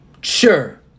Sure